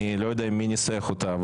אני לא יודע מי ניסח אותה,